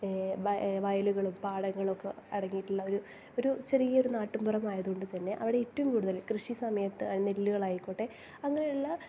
വയലുകളും പാടങ്ങളൊക്കെ അടങ്ങിയിട്ടുള്ള ഒരു ഒരു ചെറിയൊരു നാട്ടുമ്പുറം ആയതുകൊണ്ട് തന്നെ അവിടെ ഏറ്റവും കൂടുതൽ കൃഷി സമയത്ത് നെല്ലുകളായിക്കോട്ടെ അങ്ങനെയുള്ള